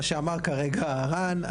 מה שאמר כרגע רן,